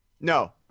No